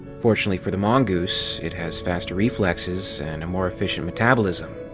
fortunately for the mongoose, it has faster reflexes and a more efficient metabolism.